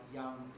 young